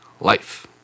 life